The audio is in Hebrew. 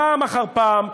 פעם אחר פעם,